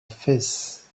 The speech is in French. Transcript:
fès